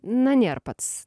nu nėr pats